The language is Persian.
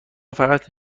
فقط